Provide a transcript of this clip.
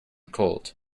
cold